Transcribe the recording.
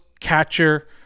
catcher